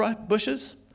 bushes